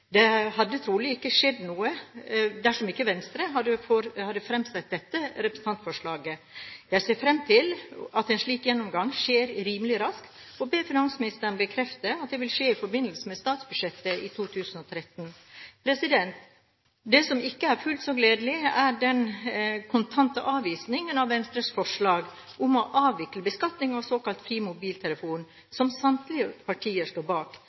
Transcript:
Det hadde trolig ikke skjedd noe dersom ikke Venstre hadde fremsatt dette representantforslaget. Jeg ser fram til at en slik gjennomgang skjer rimelig raskt, og ber finansministeren bekrefte at det vil skje i forbindelse med statsbudsjettet for 2013. Det som ikke er fullt så gledelig, er den kontante avvisingen av Venstres forslag om å avvikle beskatningen av såkalt fri mobiltelefon, som samtlige partier står bak.